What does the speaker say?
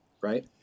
Right